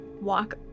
walk